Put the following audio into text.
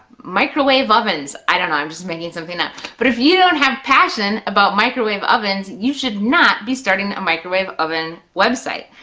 microwave ovens, i don't know, i'm just making something up, but if you don't have passion about microwave ovens, you should not be starting a microwave oven website.